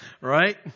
right